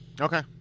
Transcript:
Okay